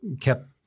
kept